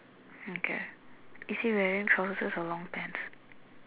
okay is he wearing trousers or long pants